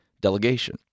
delegation